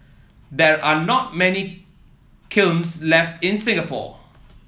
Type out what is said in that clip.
there are not many kilns left in Singapore